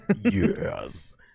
Yes